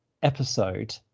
episode